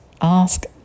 Ask